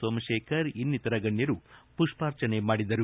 ಸೋಮಶೇಖರ್ ಇನ್ನಿತರ ಗಣ್ಣರು ಪುಷ್ಪಾರ್ಚನೆ ಮಾಡಿದರು